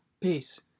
peace